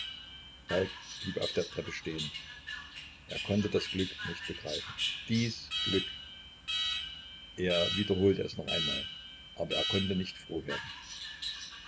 blieb auf der treppe stehen er konnte das glück nicht begreifen dies glück er wiederholte es noch einmal aber er konnte nicht froh werden